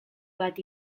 bat